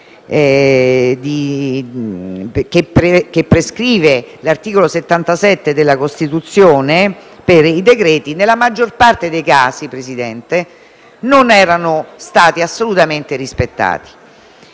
prescritti dall'articolo 77 della Costituzione per i decreti-legge nella maggior parte dei casi non erano stati assolutamente rispettati.